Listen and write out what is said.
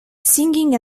singing